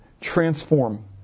transform